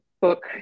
book